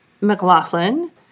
McLaughlin